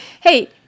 Hey